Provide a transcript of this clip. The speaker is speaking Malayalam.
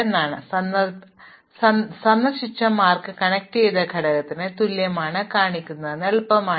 അതിനാൽ സന്ദർശിച്ച മാർക്ക് കണക്റ്റുചെയ്ത ഘടകത്തിന് തുല്യമാണെന്ന് കാണിക്കുന്നത് എളുപ്പമാണ്